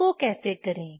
उसको कैसे करे